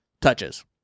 touches